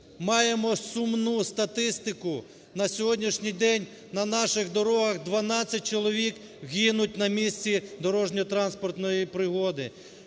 маємо сумну статистику. На сьогоднішній день на наших дорогах 12 чоловік гинуть на місці дорожньо-транспортної пригоди.